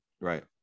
Right